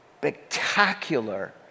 spectacular